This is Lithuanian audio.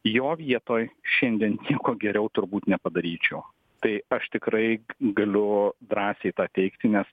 jo vietoj šiandien nieko geriau turbūt nepadaryčiau tai aš tikrai galiu drąsiai tą teigti nes